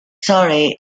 surrey